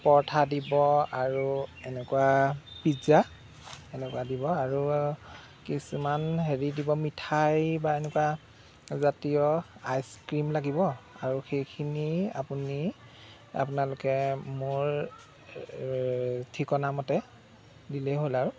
পৰঠা দিব আৰু এনেকুৱা পিজ্জা এনেকুৱা দিব আৰু কিছুমান হেৰি দিব মিঠাই বা এনেকুৱাজাতীয় আইচক্ৰীম লাগিব আৰু সেইখিনি আপুনি আপোনালোকে মোৰ ঠিকনামতে দিলেই হ'ল আৰু